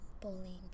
bullying